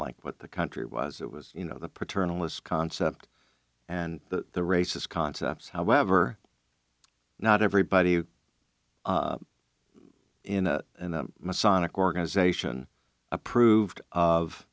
like what the country was it was you know the paternalist concept and the races concepts however not everybody in a masonic organization approved of